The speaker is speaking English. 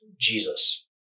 Jesus